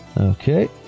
Okay